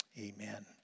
Amen